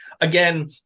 Again